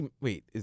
Wait